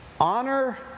Honor